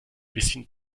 bisschen